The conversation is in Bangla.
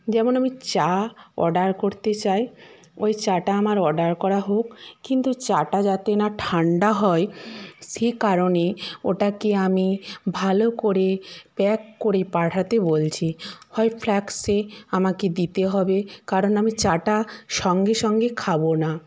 যেমন আমি চা অর্ডার করতে চাই ওই চাটা আমার অর্ডার করা হোক কিন্তু চাটা যাতে না ঠান্ডা হয় সে কারণে ওটাকে আমি ভালো করে প্যাক করে পাঠাতে বলছি হয় ফ্লাস্কে আমাকে দিতে হবে কারণ আমি চাটা সঙ্গে সঙ্গে খাবো না